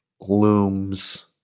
looms